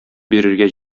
бирергә